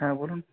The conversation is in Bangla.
হ্যাঁ বলুন